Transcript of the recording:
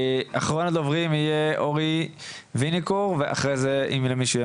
אחרון הדוברים יהיה אורי וינוקור ואחרי זה אם למישהו יהיה